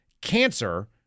cancer